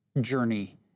journey